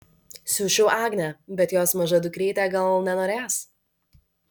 siųsčiau agnę bet jos maža dukrytė gal nenorės